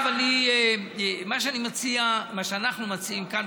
מה שאנחנו מציעים כאן,